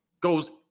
Goes